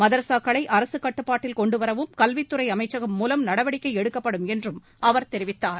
மதராஸக்களை அரசுக் கட்டுப்பாட்டில் கொண்டு வரவும் கல்வித்துறை அமைச்சகம் மூலம் நடவடிக்கை எடுக்கப்படும் என்றும் அவர் தெரிவித்தார்